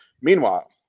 Meanwhile